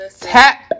Tap